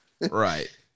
right